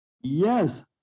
Yes